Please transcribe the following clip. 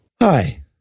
Hi